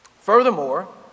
Furthermore